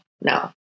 no